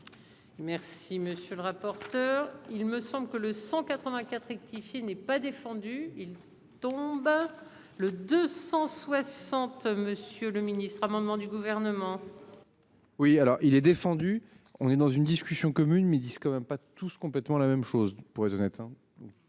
Merci monsieur le rapporteur. Il me semble que le 184 rectifié n'ait pas défendu il tomba. Le 260. Monsieur le Ministre, amendement du gouvernement. Oui alors il est défendu. On est dans une discussion commune mais quand même pas tous complètement la même chose pour être honnête